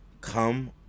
come